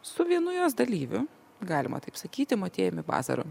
su vienu jos dalyviu galima taip sakyti motiejumi bazaru